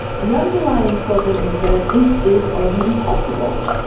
the underlying problem is that this is often impossible.